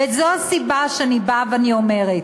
וזו הסיבה שאני אומרת: